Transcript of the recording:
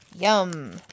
Yum